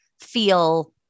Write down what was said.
feel